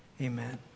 amen